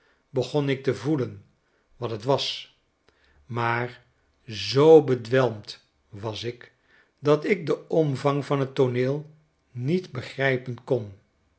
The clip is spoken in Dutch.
begon ik te voelen wat het was maar zoo bedwelmd was ik dat ik den omvang van t tooneel niet begrijpen kon